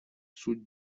суть